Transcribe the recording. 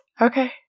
Okay